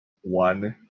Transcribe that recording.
One